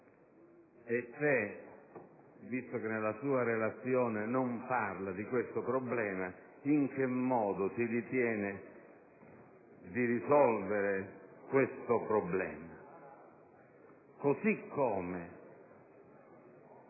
anno: visto che nella sua Relazione non parla di questo problema, in che modo si ritiene di risolvere tale problema? Ugualmente